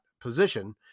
position